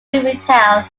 retail